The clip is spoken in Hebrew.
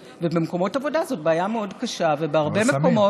במקומות עבודה זאת בעיה מאוד קשה, אבל שמים.